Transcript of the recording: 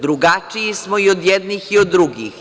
Drugačiji smo i od jednih i od drugih.